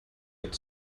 get